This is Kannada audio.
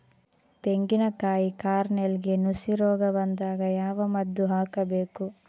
ತೆಂಗಿನ ಕಾಯಿ ಕಾರ್ನೆಲ್ಗೆ ನುಸಿ ರೋಗ ಬಂದಾಗ ಯಾವ ಮದ್ದು ಹಾಕಬೇಕು?